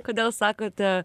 kodėl sakote